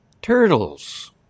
Turtles